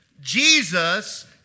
Jesus